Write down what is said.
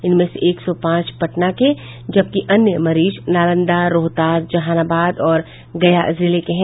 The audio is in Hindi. इनमें से एक सौ पांच पटना के जबकि अन्य मरीज नालंदा रोहतास जहानाबाद और गया जिले के हैं